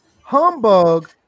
humbug